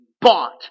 bought